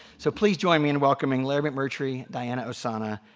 so please join me in welcoming larry mcmurtry, diana ossana,